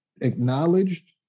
acknowledged